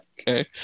okay